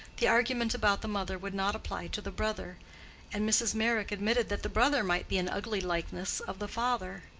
the argument about the mother would not apply to the brother and mrs. meyrick admitted that the brother might be an ugly likeness of the father.